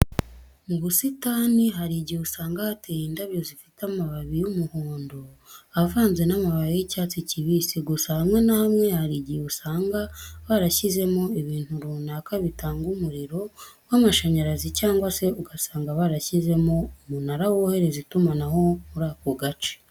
Mu busitani hari igihe usanga hateye indabyo zifite amababi y'umuhondo avanze n'amababi y'icyatsi kibisi. Gusa hamwe na hamwe hari igihe usanga barashyizemo ibintu runaka bitanga umuriro w'amashanyarazi cyangwa se ugasanga barashyizemo umunara worohereza itumanaho muri ako gace.